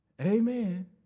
Amen